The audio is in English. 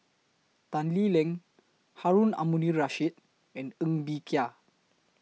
Tan Lee Leng Harun Aminurrashid and Ng Bee Kia